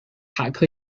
塔克